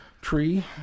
tree